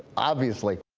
obviously